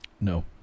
No